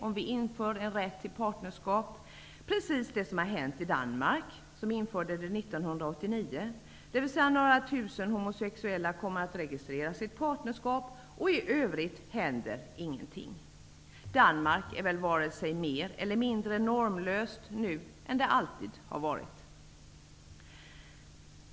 Om vi inför rätt till partnerskap händer förmodligen precis samma sak som har hänt i 1989, dvs. att några tusen homosexuella kommer att registrera sitt partnerskap och i övrigt händer ingenting. Danmark är väl varken mer eller mindre normlöst nu än det alltid har varit.